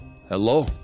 Hello